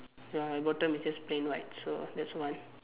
ya bottom is just plain white so that's one